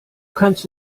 kannst